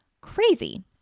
Crazy